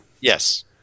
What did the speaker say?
Yes